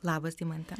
labas deimante